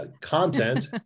content